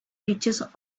pictures